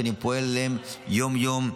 שאני פועל להשגתן יום-יום,